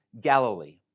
Galilee